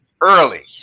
early